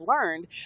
learned